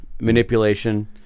manipulation